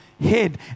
head